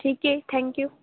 ठीक आहे थँक्यू